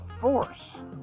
force